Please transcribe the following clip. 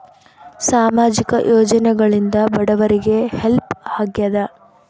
ಸಾಮಾಜಿಕ ಯೋಜನೆಗಳಿಂದ ಬಡವರಿಗೆ ಹೆಲ್ಪ್ ಆಗ್ಯಾದ?